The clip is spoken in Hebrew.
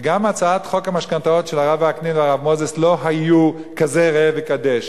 וגם הצעת חוק המשכנתאות של הרב וקנין והרב מוזס לא היו כזה ראה וקדש,